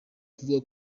kuvuga